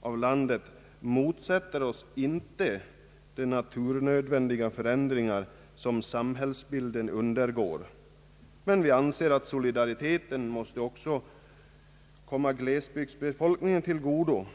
av landet motsätter sig inte de naturnödvändiga förändringar som samhällsbilden undergår. Men vi anser att solidariteten också måste komma glesbygdsbefolkningen till godo.